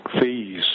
fees